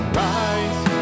rise